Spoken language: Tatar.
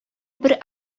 бер